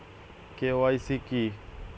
KYC কি?